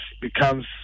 becomes